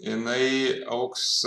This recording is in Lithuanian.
jinai augs